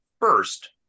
first